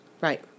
Right